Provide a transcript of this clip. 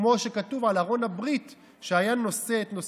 כמו שכתוב על ארון הברית שהיה נושא את נושאיו.